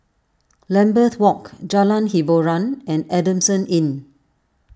Lambeth Walk Jalan Hiboran and Adamson Inn